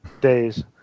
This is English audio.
days